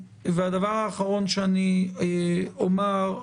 הדבר האחרון שאני אומר,